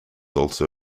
also